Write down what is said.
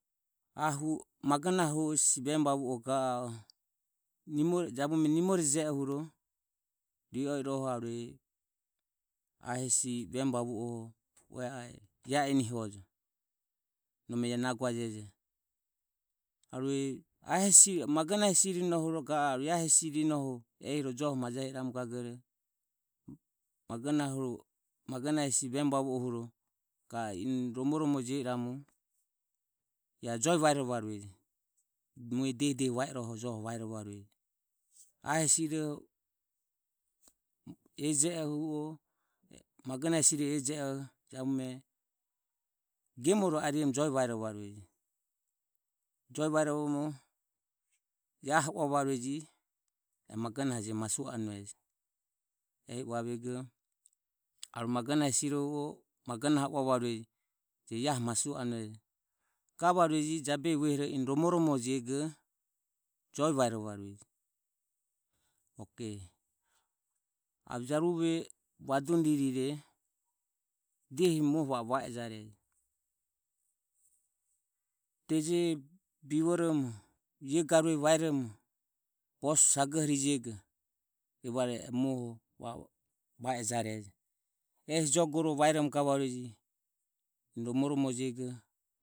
Ahu ro magonahe hesi vemu vavuoho ga a e jabume nimoreje ohoro ri o i roho ae hesi vemu vavue ue a e ia enihojo nome iae naguajejo arue a hesi magonahe hesi ri no huro ehi ro joho majahi i ramu gagoro magona hesi vemu vavu huro ga a eni romomo jio i ramu mue diehi diehe va i rohe joho vaerovarueje. Mue diehi diehi va i rohe joho vaero varueje ae hesiro ejeoho magonahe hesiro ejeoho iae jabume gemuore ari romo joe vaerovarueje. Joe vaerovoromo iaha uavarueje magonahe je masu anue ehi uavego arue magona hesi rohuo magone uavarueje je iaho masu anuejo gavarueje jabehi vuehoroho gavarueje eni romoromoro jego joe vae rovarueje ok ave jaruvo vadune ririre dehi muoho va e vaejarejo. Deje bivoromo ie garue vaeromo boso sagohorijego evare e muoho vae ejarejo ehesi jogoroho vaerovoromo gavarueje eni romoromoro jego.